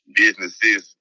businesses